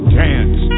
dance